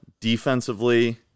defensively